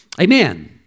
Amen